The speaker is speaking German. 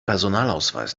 personalausweis